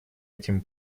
этим